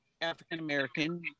African-American